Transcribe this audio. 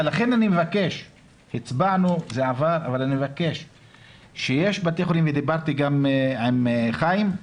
הצבענו וזה עבר, אבל דיברתי גם עם חיים,